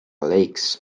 lakes